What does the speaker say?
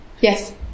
yes